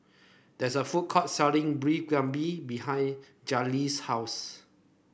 there is a food court selling Beef Galbi behind Jayleen's house